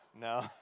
No